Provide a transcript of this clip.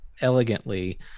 elegantly